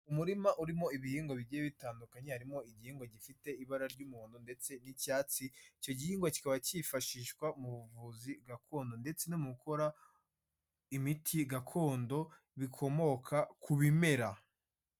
Umurima urimo ibihingwa bigiye bitandukanye, harimo igihingwa gifite ibara ry'umuhondo ndetse n'icyatsi, icyo gihingwa kikaba kifashishwa mu buvuzi gakondo, ndetse no mu gukora imiti gakondo, bikomoka ku bimera.